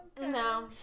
No